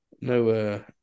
No